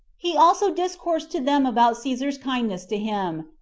he also discoursed to them about caesar's kindness to him,